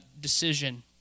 decision